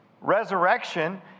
resurrection